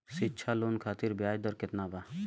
शिक्षा लोन खातिर ब्याज दर केतना बा?